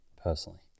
personally